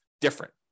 different